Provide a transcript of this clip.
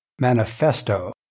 manifesto